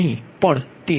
3846 V1છે